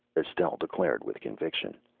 estelle declared with conviction.